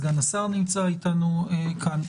סגן השר נמצא איתנו כאן,